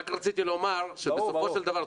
רק רציתי לומר שבסופו של דבר,